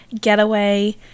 getaway